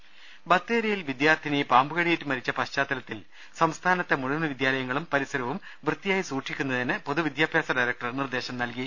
ദർവ്വെട്ടറ ബത്തേരിയിൽ വിദ്യാർത്ഥിനി പാമ്പുകടിയേറ്റ് മരിച്ച പശ്ചാത്തലത്തിൽ സംസ്ഥാനത്തെ മുഴുവൻ വിദ്യാലയങ്ങളും പരിസരപ്പും വൃത്തിയായി സംര ക്ഷിക്കുന്നതിന് പൊതുവിദ്യാഭ്യാസ ഡയറക്ടർ നിർദ്ദേശം നൽകി